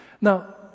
Now